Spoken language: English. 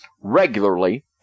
regularly